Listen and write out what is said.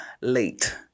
late